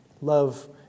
love